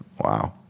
Wow